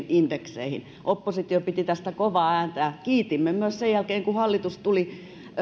indekseihin oppositio piti tästä kovaa ääntä ja kiitimme myös sen jälkeen kun hallitus